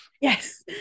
yes